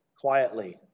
quietly